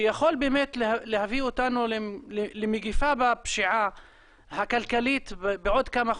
שיכול באמת להביא אותנו למגפה בפשיעה הכלכלית בעוד כמה חודשים.